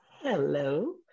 Hello